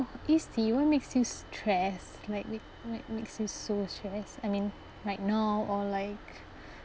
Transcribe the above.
isti what makes you stressed like make makes you so stress I mean like now or like